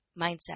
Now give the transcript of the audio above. mindset